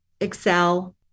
Excel